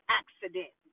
accident